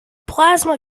plasma